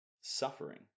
suffering